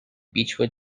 beechwood